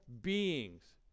beings